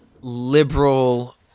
liberal